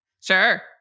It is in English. Sure